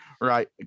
right